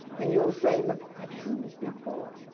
and you'll say, look i've seen this before,